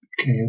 Okay